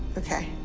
ok?